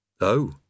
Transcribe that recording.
Oh